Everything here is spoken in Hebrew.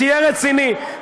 תהיה רציני,